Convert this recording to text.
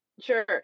Sure